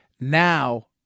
Now